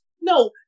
no